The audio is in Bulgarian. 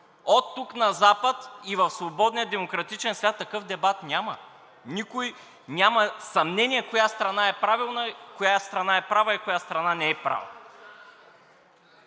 оттук на запад и в свободния демократичен свят такъв дебат няма. Никой няма съмнение коя страна е правилна, коя страна е права и коя страна не е права.